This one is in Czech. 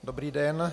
Dobrý den.